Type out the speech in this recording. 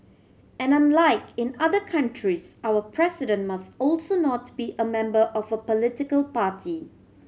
and unlike in other countries our President must also not be a member of a political party